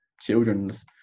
children's